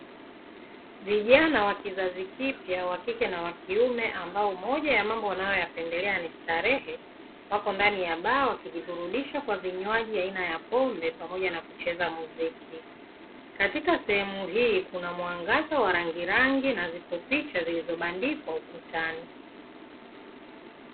Vijana wa kizazi kipya wakike na wakiume ambao moja ya mambo wanayoyapendelea ni starehe wako ndani ya baa wakijiburudisha kwa vinywaji aina ya pombe pamoja na kucheza muziki. Katika sehemu hii kuna mwangaza wa rangirangi na zipo picha zilizobandikwa ukutani.